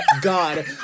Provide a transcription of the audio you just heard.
god